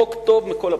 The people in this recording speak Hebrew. חוק טוב מכל הבחינות.